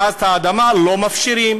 ואז את האדמה לא מפשירים.